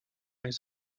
les